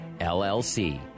LLC